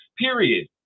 Period